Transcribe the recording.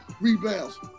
rebounds